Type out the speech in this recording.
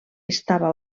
estava